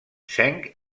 zinc